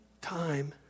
time